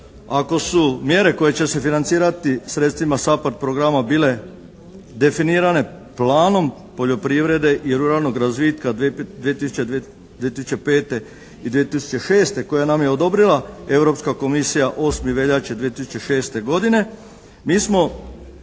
ako su mjere koje će se financirati sredstvima SAPARD programa bile definirane planom poljoprivrede i ruralnog razvitka 2005. i 2006. koje nam je odobrila Europska komisija 8. veljače 2006. godine mi smo